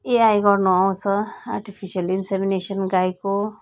AI गर्न आउँछ artificial insemination गाईको